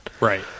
Right